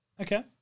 Okay